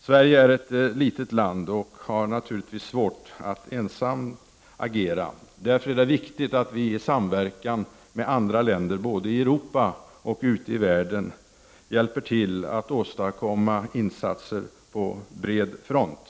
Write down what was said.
Sverige är ett litet land och har naturligtvis svårt att agera ensamt. Därför är det viktigt att vi i samverkan med andra länder både i Europa och ute i världen hjälper till att åstadkomma insatser på bred front.